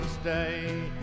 stay